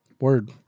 Word